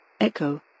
Echo